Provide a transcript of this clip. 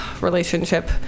relationship